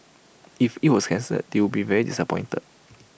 if IT was cancelled they would be very disappointed